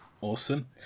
awesome